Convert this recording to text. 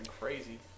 crazy